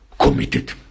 committed